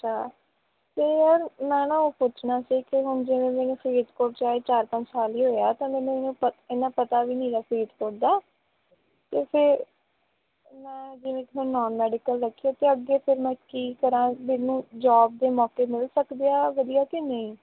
ਅੱਛਾ ਅਤੇ ਯਾਰ ਮੈਂ ਨਾ ਉਹ ਪੁੱਛਣਾ ਸੀ ਕਿ ਹੁਣ ਜਿਵੇਂ ਮੈਨੂੰ ਫਰੀਦਕੋਟ 'ਚ ਆਏ ਚਾਰ ਪੰਜ ਸਾਲ ਹੀ ਹੋਏ ਆ ਤਾਂ ਮੈਨੂੰ ਇੰਨਾ ਪ ਇੰਨਾ ਪਤਾ ਵੀ ਨਹੀਂ ਹੈਗਾ ਫਰੀਦਕੋਟ ਦਾ ਅਤੇ ਫਿਰ ਮੈਂ ਜਿਵੇਂ ਇੱਥੇ ਨਾਨ ਮੈਡੀਕਲ ਰੱਖੀ ਆ ਅਤੇ ਅੱਗੇ ਫਿਰ ਮੈਂ ਕੀ ਕਰਾਂ ਮੈਨੂੰ ਜੋਬ ਦੇ ਮੌਕੇ ਮਿਲ ਸਕਦੇ ਆ ਵਧੀਆ ਕਿ ਨਹੀਂ